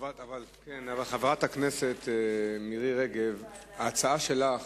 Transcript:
חברת הכנסת מירי רגב, ההצעה שלך